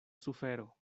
sufero